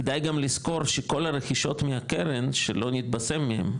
כדאי גם לזכור שכל הרכישות מהקרן שלא נתבשם מהם,